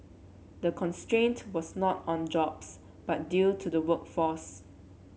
the constraint was not on jobs but due to the workforce